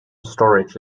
storage